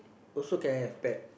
also can have pet